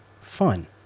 fun